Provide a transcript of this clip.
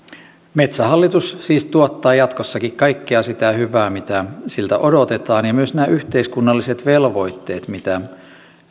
metsähallitus siis tuottaa jatkossakin kaikkea sitä hyvää mitä siltä odotetaan ja myös nämä yhteiskunnalliset velvoitteet mitä